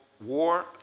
war